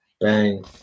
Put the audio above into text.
bang